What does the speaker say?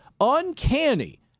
uncanny